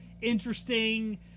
interesting